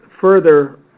further